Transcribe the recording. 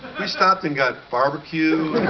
we stopped and got barbecue.